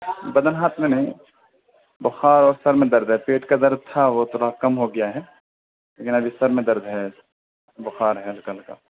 بدن ہاتھ میں نہیں بخار اور سر میں درد ہے پیٹ کا درد تھا وہ تھوڑا کم ہو گیا ہے لیکن ابھی سر میں درد ہے بخار ہے ہلکا ہلکا